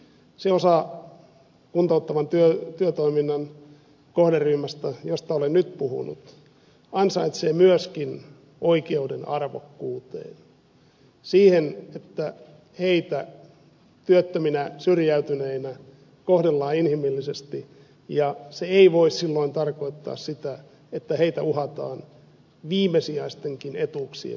se osa kuntouttavan työtoiminnan kohderyhmästä josta olen nyt puhunut ansaitsee myöskin oikeuden arvokkuuteen siihen että heitä työttöminä syrjäytyneinä kohdellaan inhimillisesti ja se ei voi silloin tarkoittaa sitä että heitä uhataan viimesijaistenkin etuuksien menettämisellä